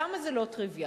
למה זה לא טריוויאלי?